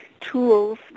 tools